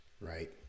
right